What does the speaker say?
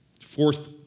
Fourth